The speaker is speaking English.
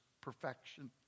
perfection